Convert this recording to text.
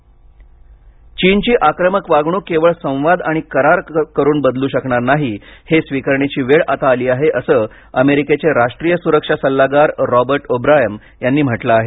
चीन अमेरिका चीनची आक्रमक वागणूक केवळ संवाद आणि करार करून बदलू शकणार नाही हे स्वीकारण्याची वेळ आता आली आहे असं अमेरिकेचे राष्ट्रीय सुरक्षा सल्लागार रॉबर्ट ओब्रायन यांनी म्हटलं आहे